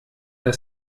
der